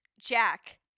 Jack